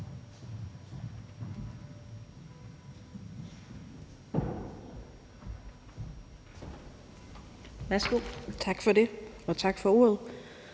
(EL): Tak for det, og tak for ordet.